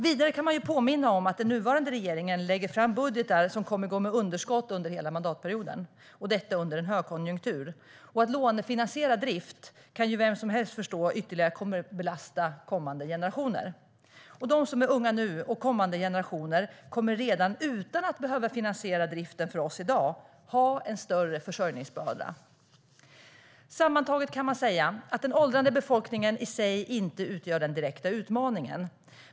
Vidare kan man ju påminna om att den nuvarande regeringen lägger fram budgetar som kommer att gå med underskott under hela mandatperioden - och detta under en högkonjunktur. Att lånefinansiera driften kan ju vem som helst förstå kommer att belasta kommande generationer ytterligare. De som är unga nu och kommande generationer kommer redan utan att behöva finansiera driften för oss i dag att ha en större försörjningsbörda. Sammantaget kan man säga att den åldrande befolkningen i sig inte utgör den direkta utmaningen.